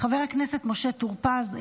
חבר הכנסת משה טור פז,